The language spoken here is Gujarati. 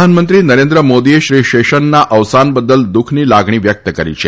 પ્રધાનમંત્રી નરેન્દ્ર મોદીએ શ્રી શેષનના અવસાન બદલ દુઃખની લાગણી વ્યક્ત કરી છે